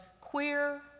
queer